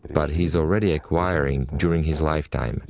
but he is already acquiring during his lifetime.